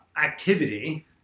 activity